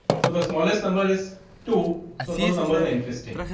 so, the smallest number is two, so those numbers are interesting.